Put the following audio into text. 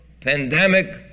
pandemic